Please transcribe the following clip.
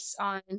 on